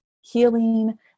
healing